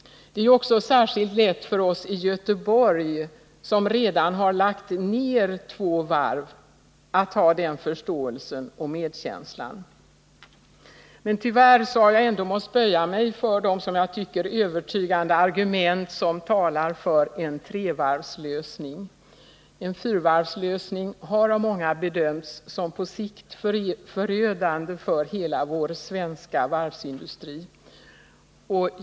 Det är också särskilt lätt för oss i Göteborg, som redan har lagt ner två varv, att ha den förståelsen och medkänslan. Tyvärr har jag ändå måst böja mig för de övertygande argument som talar för en trevarvslösning. En fyravarvslösning har av många bedömts som på sikt förödande för hela vår svenska varvsindustri.